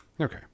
Okay